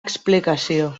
explicació